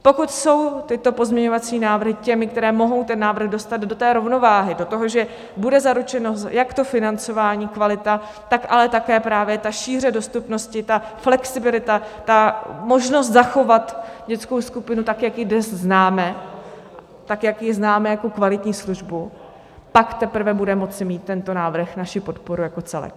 Pokud jsou tyto pozměňovací návrhy těmi, které mohou ten návrh dostat do rovnováhy, do toho, že bude zaručeno jak financování, kvalita, tak ale také právě šíře dostupnosti, flexibilita, možnost zachovat dětskou skupina tak, jak ji dnes známe, tak jak ji známe jako kvalitní službu, pak teprve bude moci mít tento návrh naši podporu jako celek.